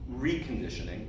reconditioning